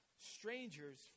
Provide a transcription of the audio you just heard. strangers